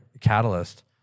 catalyst